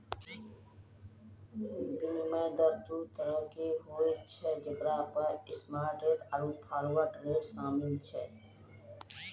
विनिमय दर दु तरहो के होय छै जेकरा मे स्पाट रेट आरु फारवर्ड रेट शामिल छै